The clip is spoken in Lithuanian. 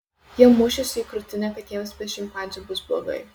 jie mušėsi į krūtinę kad jiems be šimpanzių bus blogai